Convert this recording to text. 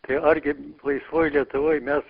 tai argi laisvoj lietuvoj mes